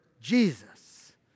Jesus